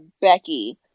Becky